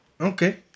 okay